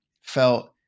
felt